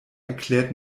erklärt